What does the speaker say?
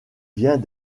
vient